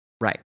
Right